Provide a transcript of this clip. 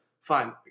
Fine